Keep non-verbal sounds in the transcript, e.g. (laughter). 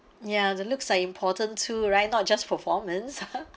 ya the looks are important too right not just performance (laughs)